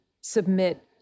submit